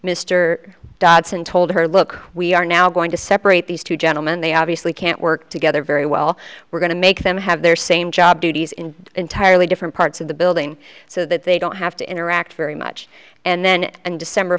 mr dodson told her look we are now going to separate these two gentlemen they obviously can't work together very well we're going to make them have their same job duties in entirely different parts of the building so that they don't have to interact very much and then and december